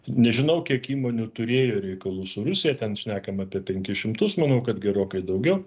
nežinau kiek įmonių turėjo reikalų su rusija ten šnekam apie penkis šimtus manau kad gerokai daugiau